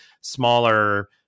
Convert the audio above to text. smaller